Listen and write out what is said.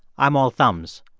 i'm all thumbs.